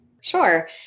Sure